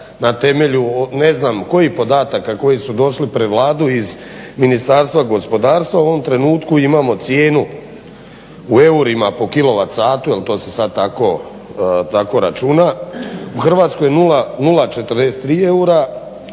na temelju ne znam kojih podataka koji su došli pred Vladu iz Ministarstva gospodarstva, u ovom trenutku imamo cijenu u eurima po kilovat satu jer to se sad tako računa u Hrvatskoj 0,43 eura,